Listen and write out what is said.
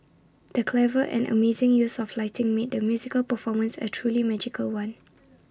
the clever and amazing use of lighting made the musical performance A truly magical one